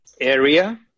area